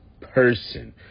person